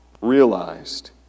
realized